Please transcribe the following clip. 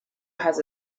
has